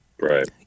Right